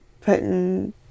putting